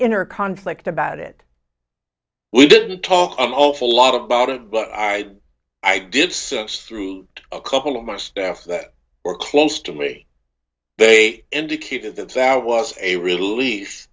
inner conflict about it we didn't talk an awful lot about it but i i did six through a couple of my staff that were close to me they indicated that that was a rel